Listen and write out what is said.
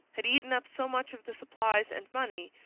had eaten up so much of the supplies and money,